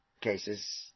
cases